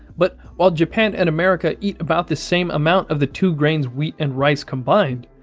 but while japan and america eat about the same amount of the two grains wheat and rice combined,